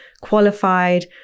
qualified